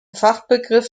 fachbegriff